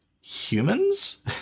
humans